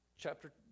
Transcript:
Chapter